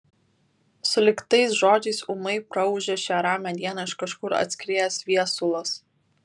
sulig tais žodžiais ūmai praūžė šią ramią dieną iš kažkur atskriejęs viesulas